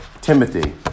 Timothy